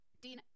Dean